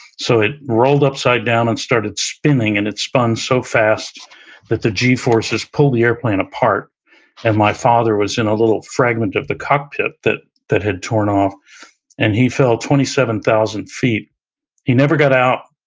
so it rolled upside down and started spinning and it spun so fast that the g-forces pulled the airplane apart and my father was in a little fragment of the cockpit that that had torn off and he fell twenty seven thousand feet he never got out,